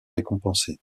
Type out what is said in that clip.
récompensés